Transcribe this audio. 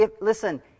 Listen